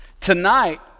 Tonight